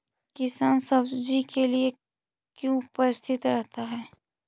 किसान सब्जी के लिए क्यों उपस्थित रहता है?